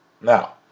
Now